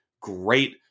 great